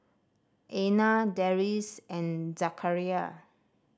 Aina Deris and Zakaria